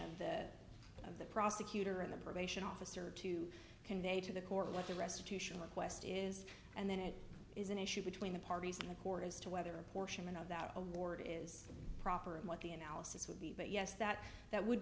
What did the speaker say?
obligation of the prosecutor in the probation officer to convey to the court what the restitution request is and then it is an issue between the parties and the court as to whether a portion of that award is proper and what the analysis would be but yes that that would